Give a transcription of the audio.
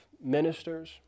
ministers